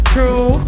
True